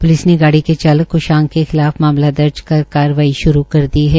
police ने गाड़ी के चालक कशांक के खिलाफ मामला दर्ज कर कार्यवाही शुरू कर दी है